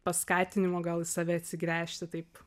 paskatinimo gal į save atsigręžti taip